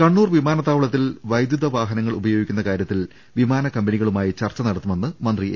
കണ്ണൂർ വിമാനത്താവളത്തിൽ വൈദ്യുത വാഹനങ്ങൾ ഉപയോ ഗിക്കുന്ന കാര്യത്തിൽ വിമാനക്കമ്പനികളുമായി ചർച്ച നടത്തുമെന്ന് മന്ത്രി എ